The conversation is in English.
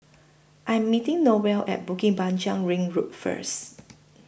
I Am meeting Noel At Bukit Panjang Ring Road First